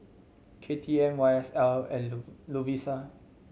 K T M Y S L and Lovisa